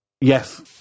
yes